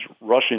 rushing